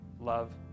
love